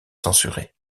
censurés